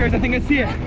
i think i see it.